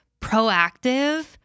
proactive